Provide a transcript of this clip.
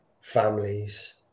families